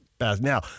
Now